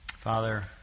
Father